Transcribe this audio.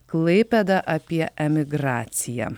klaipėda apie emigraciją